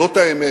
זאת האמת.